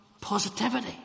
positivity